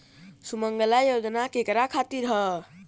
सुमँगला योजना केकरा खातिर ह?